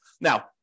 Now